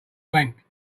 bank